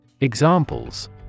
Examples